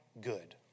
good